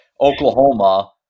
Oklahoma